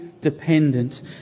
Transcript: dependent